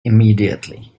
immediately